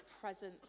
presence